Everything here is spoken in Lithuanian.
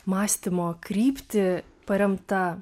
mąstymo kryptį paremtą